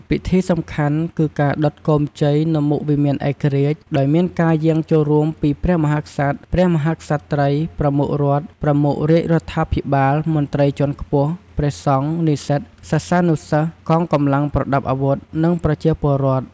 ពិធីសំខាន់គឺការដុត គោមជ័យ នៅមុខវិមានឯករាជ្យ ដោយមានការយាងចូលរួមពីព្រះមហាក្សត្រ ព្រះមហាក្សត្រី ប្រមុខរដ្ឋ ប្រមុខរាជរដ្ឋាភិបាល មន្ត្រីជាន់ខ្ពស់ ព្រះសង្ឃ និស្សិត សិស្សានុសិស្ស កងកម្លាំងប្រដាប់អាវុធ និងប្រជាពលរដ្ឋ។